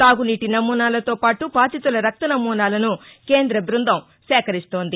తాగునీటి నమూనాలతో పాటు బాధితుల రక్త నమూనాలను కేంద్ర బ్బందం సేకరిస్తోంది